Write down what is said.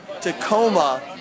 Tacoma